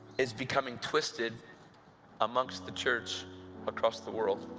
is becoming twisted amongst the church across the world,